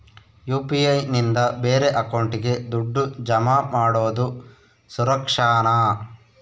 UPI ನಿಂದ ಬೇರೆ ಅಕೌಂಟಿಗೆ ದುಡ್ಡು ಜಮಾ ಮಾಡೋದು ಸುರಕ್ಷಾನಾ?